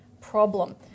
problem